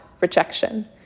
rejection